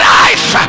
life